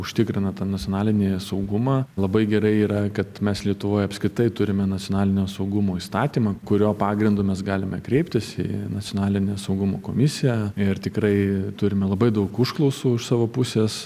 užtikrina tą nacionalinį saugumą labai gerai yra kad mes lietuvoj apskritai turime nacionalinio saugumo įstatymą kurio pagrindu mes galime kreiptis į nacionalinę saugumo komisiją ir tikrai turime labai daug užklausų iš savo pusės